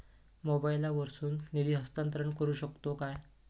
मोबाईला वर्सून निधी हस्तांतरण करू शकतो काय?